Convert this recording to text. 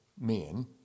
men